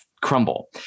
crumble